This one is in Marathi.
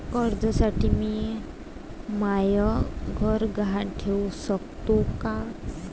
कर्जसाठी मी म्हाय घर गहान ठेवू सकतो का